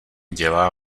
dělá